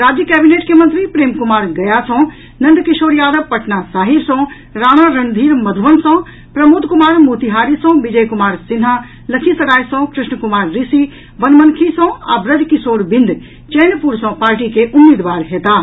राज्य कैबिनेट के मंत्री प्रेम कुमार गया सँ नंदकिशोर यादव पटना सहिब सँ राणा रणधीर मध्रबन सँ प्रमोद कुमार मोतिहारी सँ विजय कुमार सिन्हा लखीसराय सँ कृष्ण कुमार ऋषि बनमनखी सँ आ ब्रज किशोर बिंद चैनपुर सँ पार्टी के उम्मीदवार हेताह